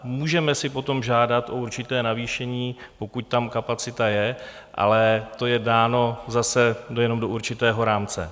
Můžeme si potom žádat o určité navýšení, pokud tam kapacita je, ale to je dáno zase jenom do určitého rámce.